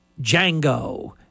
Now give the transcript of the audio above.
Django